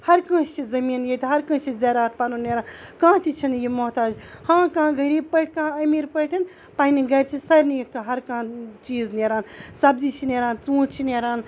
ہر کٲنٛسہِ چھِ زٔمیٖن ییٚتہِ ہر کٲنٛسہِ چھِ زراعت پَنُن نیران کانٛہہ تہِ چھِنہٕ یہِ محتاج ہاں کانٛہہ غریٖب پٲٹھۍ کانٛہہ أمیٖر پٲٹھۍ پنٛنہِ گَرِ چھِ سارنی یہِ کانٛہہ ہرکانٛہہ چیٖز نیران سبزی چھِ نیران ژوٗںٛٹھۍ چھِ نیران